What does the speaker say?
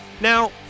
now